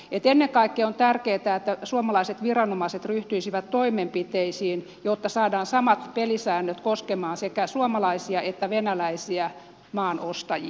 ennen kaikkea on tärkeätä että suomalaiset viranomaiset ryhtyisivät toimenpiteisiin jotta saadaan samat pelisäännöt koskemaan sekä suomalaisia että venäläisiä maanostajia